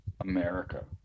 america